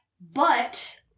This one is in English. but-